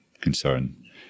concern